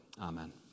Amen